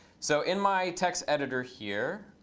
so in my text editor here,